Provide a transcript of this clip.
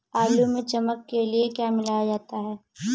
आलू में चमक के लिए क्या मिलाया जाता है?